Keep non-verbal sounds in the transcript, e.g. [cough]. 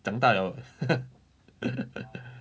长大 liao [laughs]